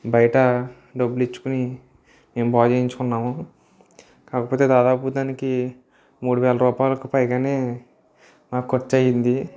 బయట డబ్బులు ఇచ్చుకొని మేము బాగు చేయించుకున్నాము కాకపోతే దాదాపు దానికి మూడువేల రూపాలకి పైగానే నాకు ఖర్చు అయింది